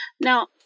Now